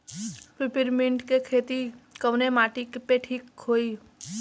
Peppermint के खेती कवने माटी पे ठीक होई?